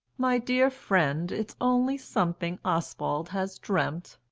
my dear friend, it's only something oswald has dreamt.